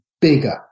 bigger